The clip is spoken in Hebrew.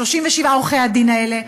37 עורכי-הדין האלה,